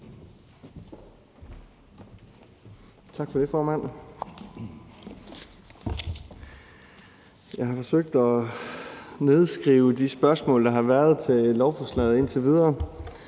Tak for det, formand. Jeg har forsøgt at nedskrive de spørgsmål, der har været til lovforslaget indtil videre.